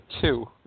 two